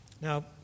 Now